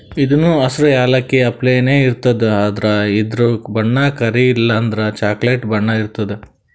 ಇದೂನು ಹಸ್ರ್ ಯಾಲಕ್ಕಿ ಅಪ್ಲೆನೇ ಇರ್ತದ್ ಆದ್ರ ಇದ್ರ್ ಬಣ್ಣ ಕರಿ ಇಲ್ಲಂದ್ರ ಚಾಕ್ಲೆಟ್ ಬಣ್ಣ ಇರ್ತದ್